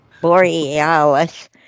Borealis